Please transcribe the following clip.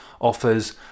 offers